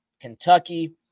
Kentucky